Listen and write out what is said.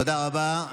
תודה רבה.